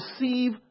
receive